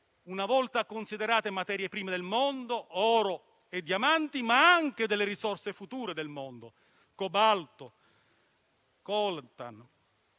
venivano considerate materie prime del mondo, oro e diamanti, ma anche delle risorse future del mondo: cobalto, coltan